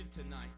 tonight